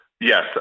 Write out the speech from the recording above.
Yes